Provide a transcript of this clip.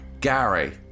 Gary